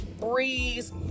breeze